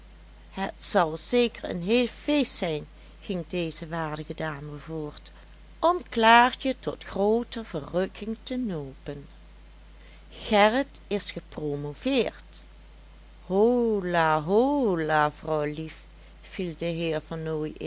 het zal zeker een heel feest zijn ging deze waardige dame voort om klaartje tot grooter verrukking te nopen gerrit is gepromoveerd hola hola vrouwlief viel